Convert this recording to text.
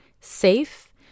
safe